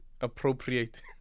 appropriate